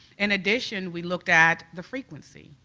in addition, we looked at the frequency.